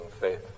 faith